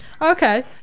Okay